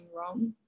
wrong